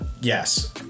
Yes